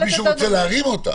שמישהו רוצה להרים אותה.